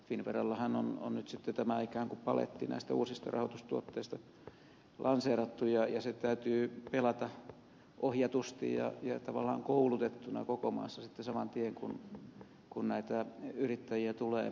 finnverallahan on nyt sitten tämä ikään kuin paletti näistä uusista rahoitustuotteista lanseerattu ja se täytyy pelata ohjatusti ja tavallaan koulutettuna koko maassa sitten saman tien kun näitä yrittäjiä tulee luukulle